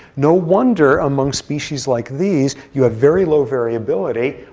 no wonder among species like these, you have very low variability.